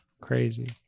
Crazy